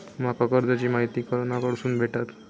माका कर्जाची माहिती कोणाकडसून भेटात?